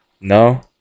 No